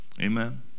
Amen